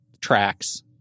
tracks